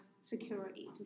security